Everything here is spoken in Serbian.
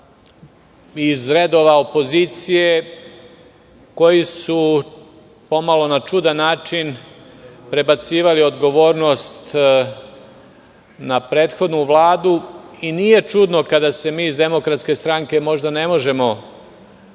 iz redova opozicije koji su pomalo na čudan način prebacivali odgovornost na prethodnu Vladu i nije čudno kada se mi iz DS možda ne možemo